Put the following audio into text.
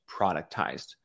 productized